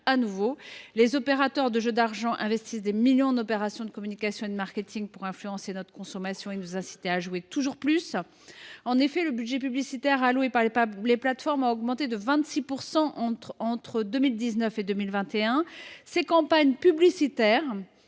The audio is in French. de nouveau. Les opérateurs de jeux d’argent investissent des millions d’euros en actions de communications et de marketing, pour influencer notre consommation et nous inciter à jouer toujours plus. En effet, le budget publicitaire alloué par les plateformes a augmenté de 26 % entre 2019 et 2021. Ces campagnes publicitaires